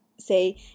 say